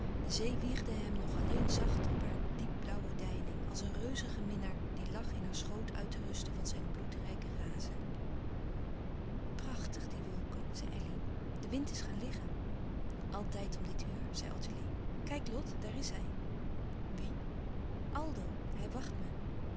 de zee wiegde hem nog alleen zacht op hare diepblauwe deining als een reuzigen minnaar die lag in haar schoot uit te louis couperus van oude menschen de dingen die voorbij gaan rusten van zijn bloedrijke razen prachtig die wolken zei elly de wind is gaan liggen altijd om dit uur zei ottilie kijk lot daar is hij wie aldo hij wacht me